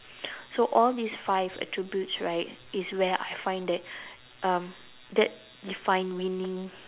so all these five attributes right is where I find that um that define meaning